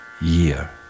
year